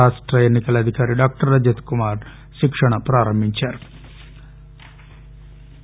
రాష్ట ఎన్ని కల అధికారి డాక్టర్ రజత్ కుమార్ శిక్షణను ప్రారంభించారు